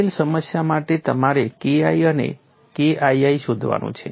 આપેલ સમસ્યા માટે તમારે KI અને KII શોધવાનું છે